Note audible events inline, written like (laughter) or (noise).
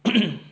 (coughs)